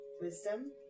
Wisdom